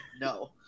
no